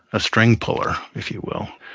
a string puller, if you will.